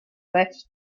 left